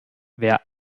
wer